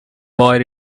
boy